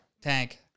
Tank